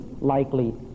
likely